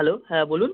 hello হ্যাঁ বলুন